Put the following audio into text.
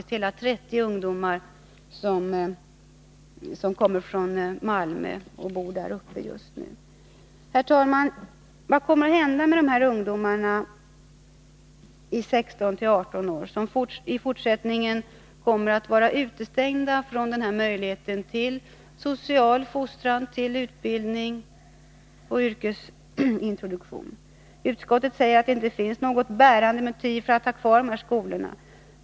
Herr talman! Vad kommer att hända med de ungdomar i åldern 16-18 år som i fortsättningen blir utestängda från den här möjligheten till social fostran, utbildning och yrkesintroduktion? Utskottet säger att det inte finns något bärande motiv för att ha kvar riksyrkesskolorna.